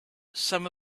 some